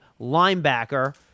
linebacker